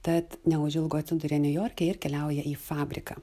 tad neužilgo atsiduria niujorke ir keliauja į fabriką